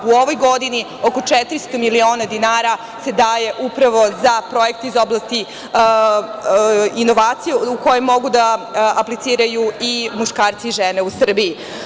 U ovoj godini oko 400 miliona dinara se daje upravo za projekte iz oblasti inovacija u koje mogu da apliciraju i muškarci i žene u Srbiji.